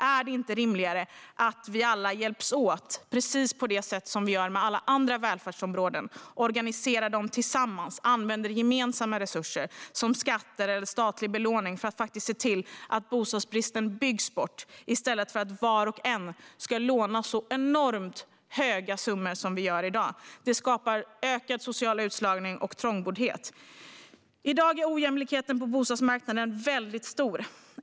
Är det inte rimligare att vi alla hjälps åt, precis som vi gör på alla andra välfärdsområden, organiserar detta tillsammans och använder gemensamma resurser som skatter eller statlig belåning för att se till att bostadsbristen byggs bort? Detta i stället för att var och en av oss ska låna så enormt stora summor som vi gör i dag, vilket skapar ökad social utslagning och trångboddhet. I dag är ojämlikheten på bostadsmarknaden väldigt stor.